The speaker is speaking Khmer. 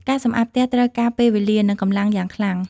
ការសម្អាតផ្ទះត្រូវការពេលវេលា និងកម្លំាងយ៉ាងច្រើន។